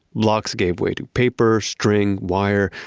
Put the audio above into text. blocks gave way to paper, string, wire,